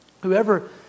whoever